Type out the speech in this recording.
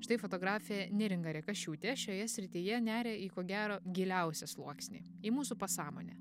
štai fotografė neringa rekašiūtė šioje srityje neria į ko gero giliausią sluoksnį į mūsų pasąmonę